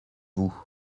vous